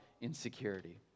insecurity